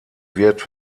wird